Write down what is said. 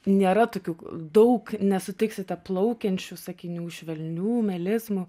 nėra tokių daug nesutiksite plaukiančių sakinių švelnių melizmų